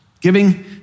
Giving